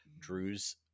Drew's